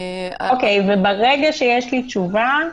וברגע שיש לי תשובה,